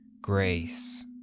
grace